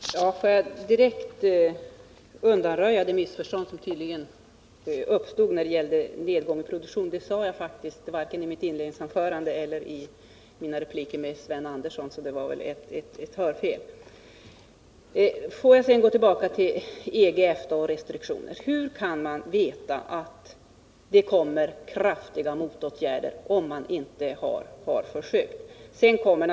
Herr talman! Låt mig direkt undanröja det missförstånd som tydligen uppstått, nämligen att jag skulle ha talat om en nedgång. Det ordet använde jag varken i mitt inledningsanförande eller i mina repliker med Sven Andersson. Det är väl fråga om ett hörfel. Jag vill gå tillbaka till frågan om restriktioner från EG och EFTA. Hur kan man veta att det kommer kraftiga motåtgärder om man inte har prövat de ingrepp som det gäller?